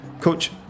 Coach